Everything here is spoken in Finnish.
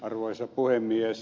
arvoisa puhemies